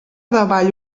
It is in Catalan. davall